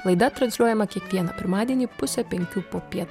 laida transliuojama kiekvieną pirmadienį pusę penkių popiet